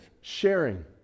Sharing